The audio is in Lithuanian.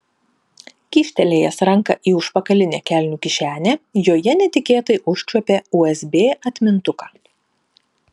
kyštelėjęs ranką į užpakalinę kelnių kišenę joje netikėtai užčiuopė usb atmintuką